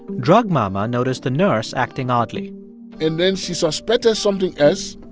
drug mama noticed the nurse acting oddly and then she suspected something else,